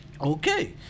Okay